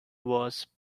was